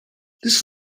this